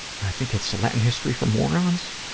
i think it's latin history for morons,